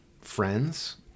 friends